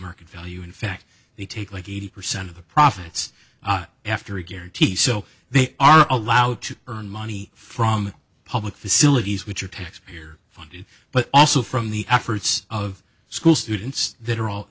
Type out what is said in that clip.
market value in fact they take like eighty percent of the profits after a guarantee so they are allowed to earn money from public facilities which are taxpayer funded but also from the efforts of school students that are all